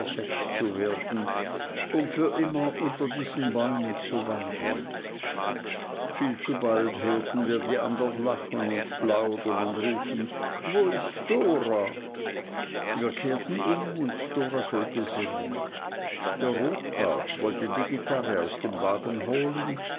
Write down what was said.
zu werden um für immer unter diesen bäumen zu wandeln viel zu bald hörten wir die andern lachen und plaudern und rufen wo ist dora wir kehrten um und dora sollte singen der rotbart wollte die gitarre aus dem wagen holen